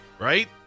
right